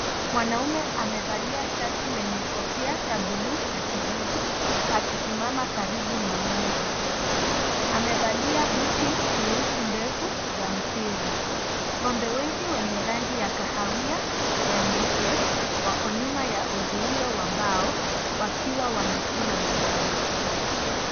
Mwanaume amevalia shati lenye kofia ya buluu na kijivu, akisimama karibu na ng'ombe, amevalia buti nyeusi ndefu za mpira, ng'ombe wengi wenye rangi ya kahawia na nyeupe wako nyuma ya uzuio wa mbao, wakiwa wamekula majani.